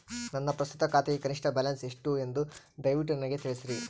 ನನ್ನ ಪ್ರಸ್ತುತ ಖಾತೆಗೆ ಕನಿಷ್ಠ ಬ್ಯಾಲೆನ್ಸ್ ಎಷ್ಟು ಎಂದು ದಯವಿಟ್ಟು ನನಗೆ ತಿಳಿಸ್ರಿ